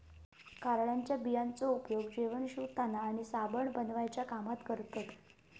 कारळ्याच्या बियांचो उपयोग जेवण शिवताना आणि साबण बनवण्याच्या कामात करतत